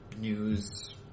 news